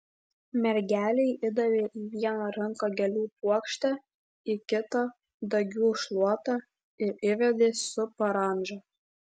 mergelei įdavė į vieną ranką gėlių puokštę į kitą dagių šluotą ir įvedė su parandža